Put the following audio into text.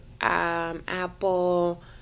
Apple